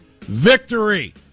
Victory